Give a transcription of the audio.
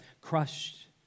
crushed